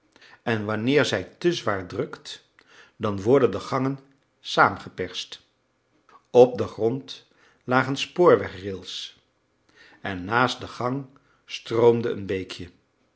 en wanneer zij te zwaar drukt dan worden de gangen saamgeperst op den grond lagen spoorwegrails en naast de gang stroomde een beekje